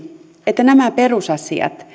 että nämä perusasiat